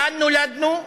כאן נולדנו,